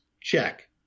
Check